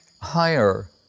higher